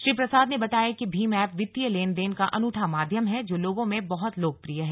श्री प्रसाद ने बताया कि भीम ऐप वित्तीय लेन देन का अनूठा माध्यम है जो लोगों में बहत लोकप्रिय है